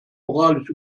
moralisch